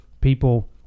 people